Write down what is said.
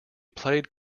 played